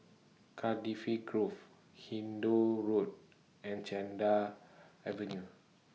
Cardifi Grove Hindoo Road and Cedar Avenue